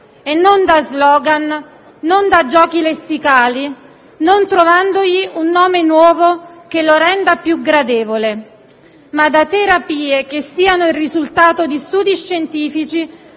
e non da *slogan*, non da giochi lessicali, non trovandogli un nome nuovo che lo renda più gradevole, ma da terapie che siano il risultato di studi scientifici